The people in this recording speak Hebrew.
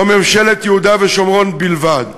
או ממשלת יהודה ושומרון בלבד?